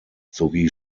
sowie